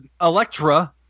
electra